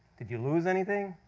did you lose anything?